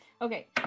Okay